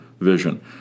vision